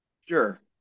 Sure